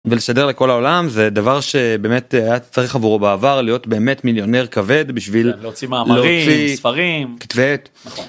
בלשדר לכל העולם זה דבר שבאמת צריך עבורו בעבר להיות באמת מיליונר כבד בשביל להוציא ספרים.